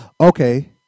Okay